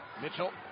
Mitchell